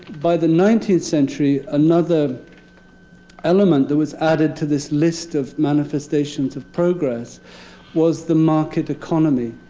by the nineteenth century, another element that was added to this list of manifestations of progress was the market economy.